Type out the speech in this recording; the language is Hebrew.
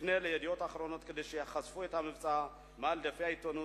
אפנה ל"ידיעות אחרונות" כדי שיחשפו את המבצע מעל דפי העיתונות.